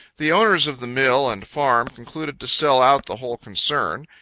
the owners of the mill and farm concluded to sell out the whole concern.